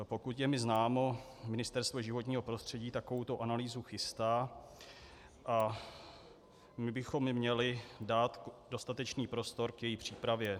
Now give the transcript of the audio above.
Pokud je mi známo, Ministerstvo životního prostředí takovouto analýzu chystá a my bychom měli dát dostatečný prostor k její přípravě.